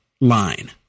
line